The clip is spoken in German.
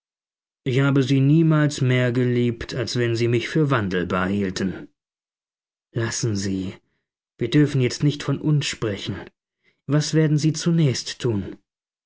ich habe sie niemals mehr geliebt als wenn sie mich für wandelbar hielten lassen sie wir dürfen jetzt nicht von uns sprechen was werden sie zunächst tun